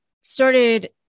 started